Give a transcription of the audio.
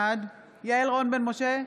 בעד יעל רון בן משה,